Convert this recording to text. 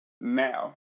Now